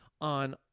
on